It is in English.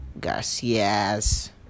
garcias